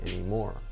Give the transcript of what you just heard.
anymore